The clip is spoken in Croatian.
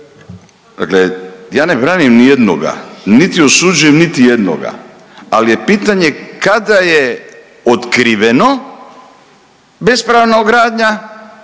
Dakle ja ne branim nijednoga, niti osuđujem niti jednoga, al je pitanje kada je otkriveno bespravna gradnja,